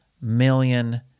million